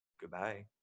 Goodbye